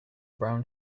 brown